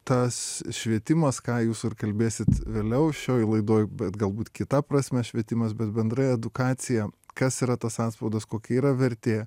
tas švietimas ką jūs ir kalbėsit vėliau šioj laidoj bet galbūt kita prasme švietimas bet bendrai edukacija kas yra tas atspaudas kokie yra vertė